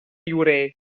llorer